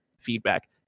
feedback